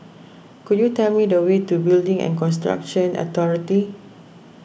could you tell me the way to Building and Construction Authority